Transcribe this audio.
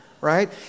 right